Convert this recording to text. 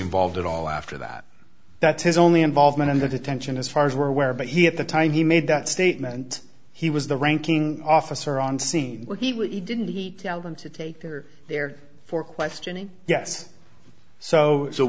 involved at all after that that's his only involvement in the detention as far as we're aware but he at the time he made that statement he was the ranking officer on scene where he was he didn't he tell them to take her there for questioning yes so so